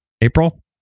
April